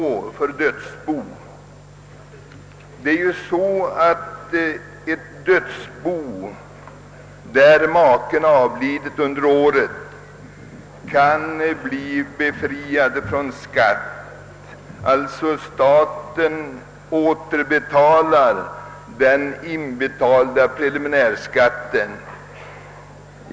Ett dödsbo kan ju bli befriat från skatt för det år då maken avlidit. Staten återbetalar i sådana fall den inbetalda preliminärskatten.